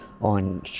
on